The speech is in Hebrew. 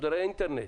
מודרי אינטרנט.